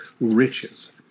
riches